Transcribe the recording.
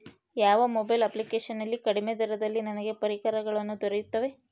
ಯಾವ mobile application ನಲ್ಲಿ ಕಡಿಮೆ ದರದಲ್ಲಿ ನನಗೆ ಪರಿಕರಗಳು ದೊರೆಯುತ್ತವೆ?